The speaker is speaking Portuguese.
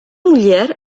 mulher